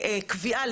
לקביעה,